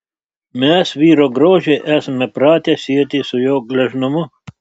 mes vyro grožį esame pratę sieti su jo gležnumu